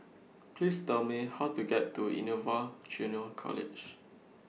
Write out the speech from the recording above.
Please Tell Me How to get to Innova Junior College